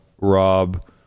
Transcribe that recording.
rob